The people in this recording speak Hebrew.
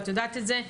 ואת יודעת את זה,